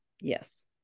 yes